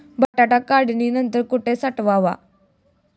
बटाटा काढणी नंतर कुठे साठवावा?